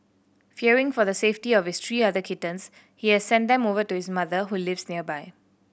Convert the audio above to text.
fearing for the safety of his three other kittens he has sent them over to his mother who lives nearby